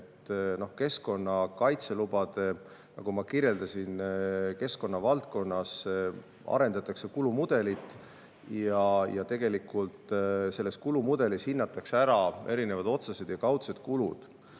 Keskkonnakaitselubade puhul, nagu ma kirjeldasin, keskkonna valdkonnas arendatakse kulumudelit ja tegelikult selles kulumudelis hinnatakse ära erinevad otsesed ja kaudsed kulud.